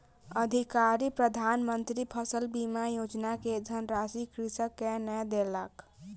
अधिकारी प्रधान मंत्री फसल बीमा योजना के धनराशि कृषक के नै देलक